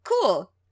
Cool